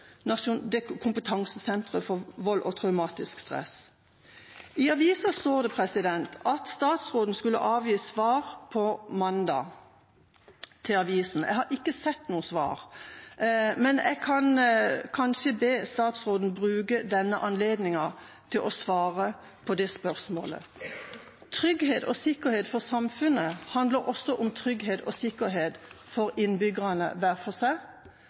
RVTS Sør, kompetansesenteret for vold og traumatisk stress? I avisen står det at statsråden skulle avgi svar på mandag til avisen, men jeg har ikke sett noe svar. Jeg kan kanskje be statsråden om å bruke denne anledningen til å svare på det spørsmålet. Trygghet og sikkerhet for samfunnet handler også om trygget og sikkerhet for innbyggerne hver for seg.